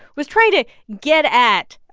was trying to get at,